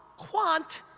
quant!